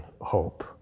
hope